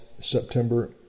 September